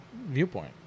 viewpoint